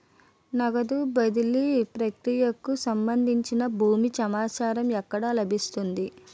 నగదు బదిలీ ప్రక్రియకు సంభందించి పూర్తి సమాచారం ఎక్కడ లభిస్తుంది?